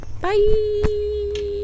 Bye